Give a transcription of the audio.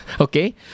okay